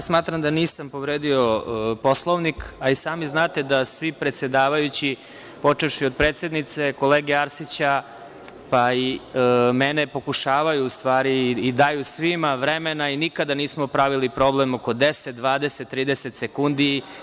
Smatram da nisam povredio Poslovnik, a i sami znate da svi predsedavajući, počevši od predsednice, kolege Arsića, pa i mene, pokušavaju i daju svima vremena i nikada nismo pravili problem oko 10, 20, 30 sekundi.